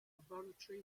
laboratory